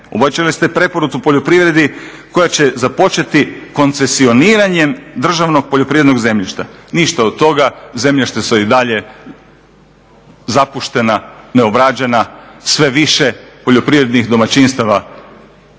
Obećali ste preporod u poljoprivredi koji će započeti koncesioniranjem državnog poljoprivrednog zemljišta. Ništa od toga, zemljišta su i dalje zapuštena, neobrađena, sve više poljoprivrednih domaćinstava